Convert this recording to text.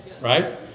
right